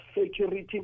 security